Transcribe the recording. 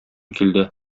килде